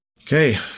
okay